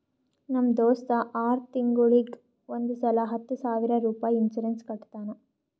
ನಮ್ ದೋಸ್ತ ಆರ್ ತಿಂಗೂಳಿಗ್ ಒಂದ್ ಸಲಾ ಹತ್ತ ಸಾವಿರ ರುಪಾಯಿ ಇನ್ಸೂರೆನ್ಸ್ ಕಟ್ಟತಾನ